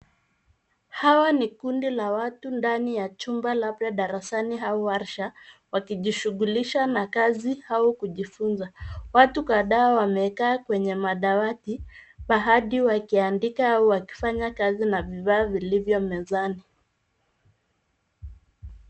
Hawa ni kundi la watu ndani ya chumba labda darasani au warsha , wakijishughulisha na kazi au kujifunza. Watu kadhaa wamekaa kwenye madawati, baathi wakiandika au wakifanya kazi na vifaa vilivyo mezani.